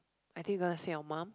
I think you gonna say your mum